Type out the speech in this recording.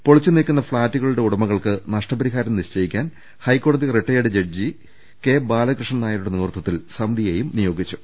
പൊളിച്ചുനീക്കുന്ന ഫ്ളാറ്റുകളുടെ ഉടമകൾക്ക് നഷ്ടപരിഹാരം നിശ്ചയിക്കാൻ ഹൈക്കോടതി retired judge K Balakrishnan നായരുടെ നേതൃത്വത്തിൽ സമിതിയെയും നിയോഗിച്ചിട്ടുണ്ട്